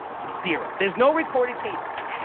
zero. there's no recorded cases.